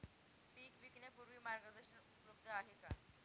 पीक विकण्यापूर्वी मार्गदर्शन उपलब्ध आहे का?